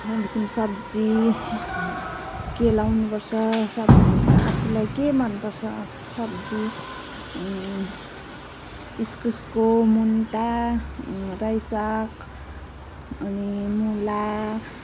त्यहाँदेखि सब्जी केलाउनु पर्छ सब्जी आफुलाई के मन पर्छ सब्जी इस्कुसको मुन्टा रायो साग अनि मुला